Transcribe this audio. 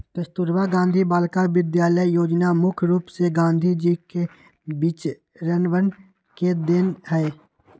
कस्तूरबा गांधी बालिका विद्यालय योजना मुख्य रूप से गांधी जी के विचरवन के देन हई